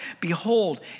behold